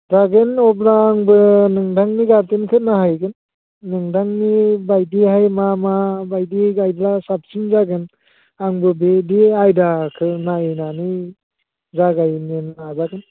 जागोन अब्ला आंबो नोंथांनि गारदेनखौ नायहैगोन नोंथांनि बायदिहाय मा मा बायदियै गायब्ला साबसिन जागोन आंबो बिदि आयदाखौ नायनानै जागायनो नाजादों